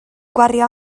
gwario